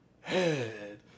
Head